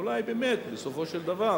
אולי באמת בסופו של דבר